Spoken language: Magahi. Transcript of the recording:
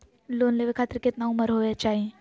लोन लेवे खातिर केतना उम्र होवे चाही?